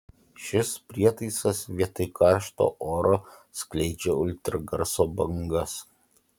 šis prietaisas vietoj karšto oro skleidžia ultragarso bangas